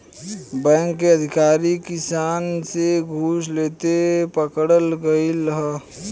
bank के अधिकारी किसान से घूस लेते पकड़ल गइल ह